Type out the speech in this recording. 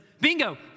Bingo